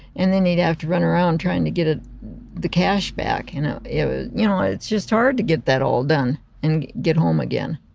and then he'd have to run around to get ah the cash back. you know, you know ah it's just hard to get that all done and get home again.